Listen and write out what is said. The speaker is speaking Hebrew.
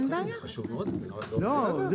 לא, לא.